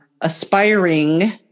aspiring